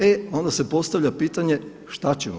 E onda se postavlja pitanje šta ćemo.